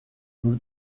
nous